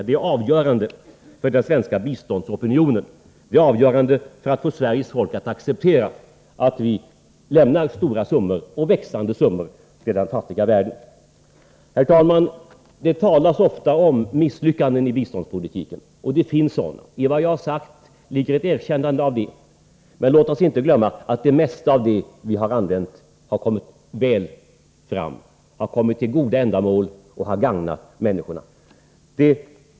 Det är avgörande för den svenska biståndsopinionen och för ett accepterande från Sveriges folk av att vi lämnar stora och växande summor till den fattiga världen. Herr talman! Det talas ofta om misslyckanden i biståndspolitiken, och det finns sådana. I vad jag sagt ligger ett erkännande av det. Men låt oss inte glömma att det mesta av de medel som vi har använt har kommit väl fram, har kommit till goda ändamål och har gagnat människorna.